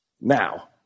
Now